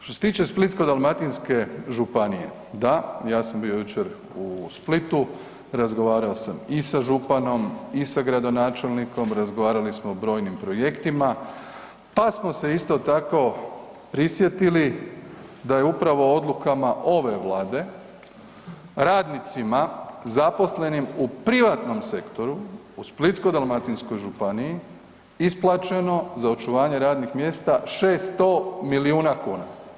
Što se tiče Splitsko-dalmatinske županije, da, ja sam bio jučer u Splitu, razgovarao sam i sa županom i sa gradonačelnikom, razgovarali smo o brojnim projektima, pa smo se isto tako prisjetili da je upravo odlukama ove Vlade radnicima zaposlenim u privatnom sektoru u Splitsko-dalmatinskoj županiji isplaćeno za očuvanje radnih mjesta 600 milijuna kuna.